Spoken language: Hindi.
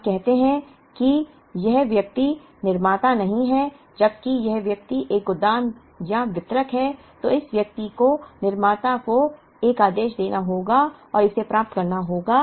हम कहते हैं कि यह व्यक्ति निर्माता नहीं है जबकि यह व्यक्ति एक गोदाम या वितरक है तो इस व्यक्ति को निर्माता को एक आदेश देना होगा और इसे प्राप्त करना होगा